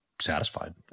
satisfied